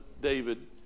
David